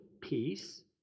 peace